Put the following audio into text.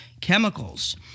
chemicals